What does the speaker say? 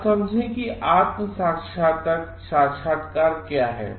अब समझें कि आत्म साक्षात्कार क्या है